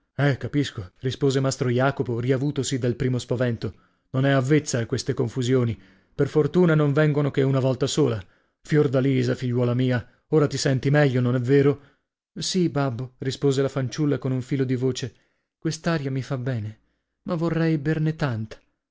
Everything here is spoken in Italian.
eh capisco rispose mastro jacopo riavutosi dal primo spavento non è avvezza a queste confusioni per fortuna non vengono che una volta sola fiordalisa figliuola mia ora ti senti meglio non è vero sì babbo rispose la fanciulla con un filo di voce quest'aria mi fa bene ma vorrei berne tanta